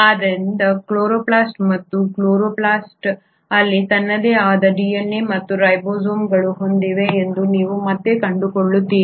ಆದ್ದರಿಂದ ಇದು ಕ್ಲೋರೊಪ್ಲಾಸ್ಟ್ ಮತ್ತು ಕ್ಲೋರೊಪ್ಲಾಸ್ಟ್ ಅಲ್ಲಿ ತನ್ನದೇ ಆದ DNA ಮತ್ತು ರೈಬೋಸೋಮ್ಗಳನ್ನು ಹೊಂದಿದೆ ಎಂದು ನೀವು ಮತ್ತೆ ಕಂಡುಕೊಳ್ಳುತ್ತೀರಿ